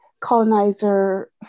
colonizer